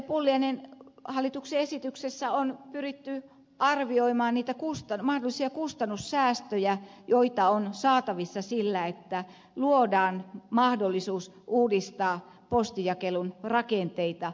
pulliainen hallituksen esityksessä on pyritty arvioimaan niitä mahdollisia kustannussäästöjä joita on saatavissa sillä että luodaan mahdollisuus uudistaa postinjakelun rakenteita